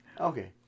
Okay